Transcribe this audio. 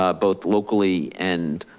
um both locally and